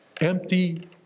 empty